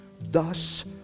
thus